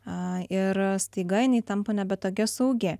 a ir staiga jinai tampa nebe tokia saugi